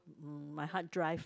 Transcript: mm my hard drive